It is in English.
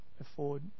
afford